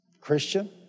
Christian